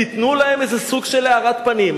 תיתנו איזה סוג של הארת פנים.